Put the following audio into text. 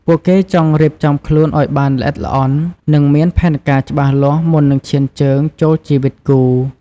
ពួកគេចង់រៀបចំខ្លួនឱ្យបានល្អិតល្អន់ និងមានផែនការច្បាស់លាស់មុននឹងឈានជើងចូលជីវិតគូ។